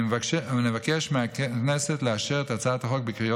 אני מבקש מהכנסת לאשר את הצעת החוק בקריאה